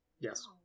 Yes